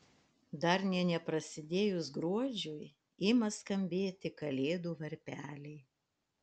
dar nė neprasidėjus gruodžiui ima skambėti kalėdų varpeliai